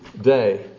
day